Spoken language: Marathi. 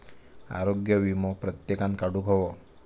आरोग्य वीमो प्रत्येकान काढुक हवो